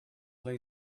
lay